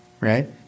right